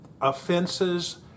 offenses